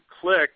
click